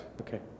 okay